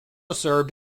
served